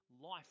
life